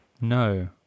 No